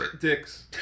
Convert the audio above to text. dicks